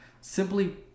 simply